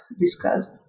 discussed